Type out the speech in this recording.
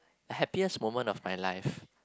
happiest moment of my life